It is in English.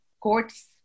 Courts